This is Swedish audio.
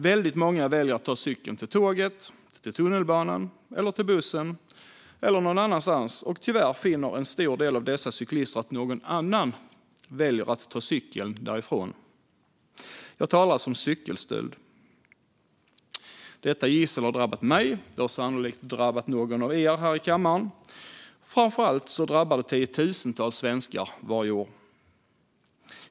Väldigt många väljer att ta cykeln till tåget, tunnelbanan, bussen eller någon annanstans, och tyvärr finner en stor del av dessa cyklister att någon annan väljer att ta cykeln därifrån. Jag talar alltså om cykelstöld. Detta gissel har drabbat mig, det har sannolikt drabbat någon av er här i kammaren och framför allt drabbar det tiotusentals svenskar varje år.